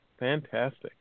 Fantastic